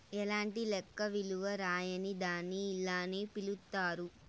ఎలాంటి లెక్క విలువ రాయని దాన్ని ఇలానే పిలుత్తారు